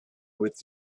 with